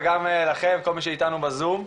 וגם לכם כל מי שאיתנו בזום.